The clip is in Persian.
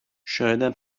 شایدم